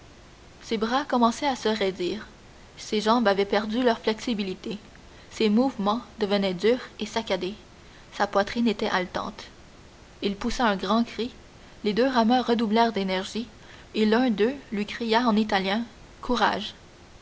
ses bras commençaient à se roidir ses jambes avaient perdu leur flexibilité ses mouvements devenaient durs et saccadés sa poitrine était haletante il poussa un grand cri les deux rameurs redoublèrent d'énergie et l'un deux lui cria en italien courage